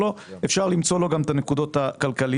אפשר למצוא לה את הנקודות הכלכליות.